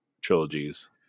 trilogies